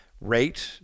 rate